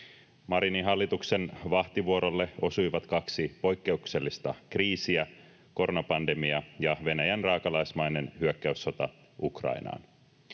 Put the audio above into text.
Marinin hallituksen vahtivuorolle osui kaksi poikkeuksellista kriisiä: koronapandemia ja Venäjän raakalaismainen hyökkäyssota Ukrainaan.